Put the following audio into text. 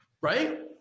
Right